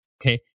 Okay